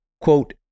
quote